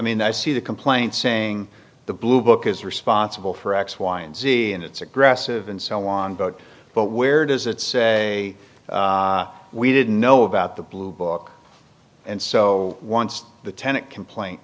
mean i see the complaint saying the blue book is responsible for x y and z and it's aggressive and so on but but where does it say we didn't know about the blue book and so once the tenet complaint